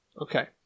Okay